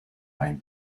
einen